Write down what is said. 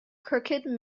crooked